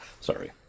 Sorry